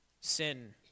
Sin